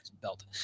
belt